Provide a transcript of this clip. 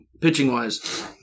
pitching-wise